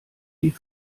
die